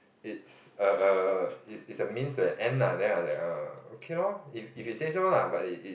it's a a it's it's a means to an end lah then I was like uh okay lor if if you say so lah but it's it's